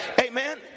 Amen